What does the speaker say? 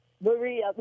Maria